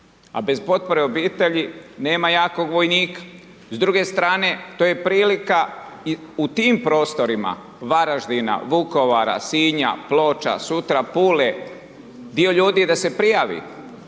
a bez potpore obitelji nema jakog vojnika. S druge strane to je prilika u tim prostorima Varaždina, Vukovara, Sinja, Ploča, sutra Pule, dio ljudi da se prijavi,